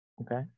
Okay